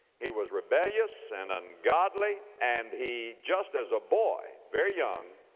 he was rebellious and ungodly and he, just as a boy, very young,